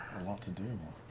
a lot to do.